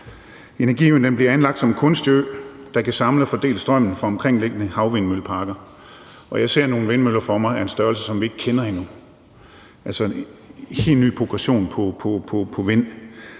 Energiøen bliver anlagt som en kunstig ø, der kan samle og fordele strømmen fra omkringliggende havvindmølleparker, og jeg ser nogle vindmøller for mig af en størrelse, som vi ikke kender endnu, altså en helt ny progression på